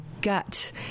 gut